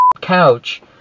couch